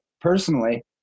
personally